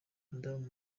madamu